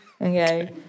Okay